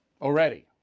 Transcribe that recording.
already